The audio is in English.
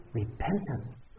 repentance